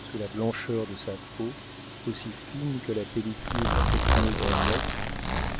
sous la blancheur de sa peau aussi fine que la pellicule satinée d'un œuf